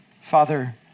Father